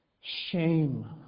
shame